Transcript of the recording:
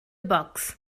box